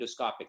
endoscopic